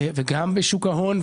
גם בשוק ההון,